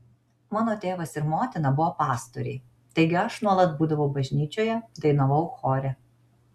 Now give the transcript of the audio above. mano tėvas ir motina buvo pastoriai taigi aš nuolat būdavau bažnyčioje dainavau chore